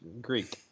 Greek